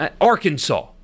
Arkansas